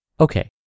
Okay